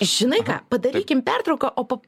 žinai ką padarykim pertrauką o pop